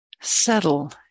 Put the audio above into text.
settle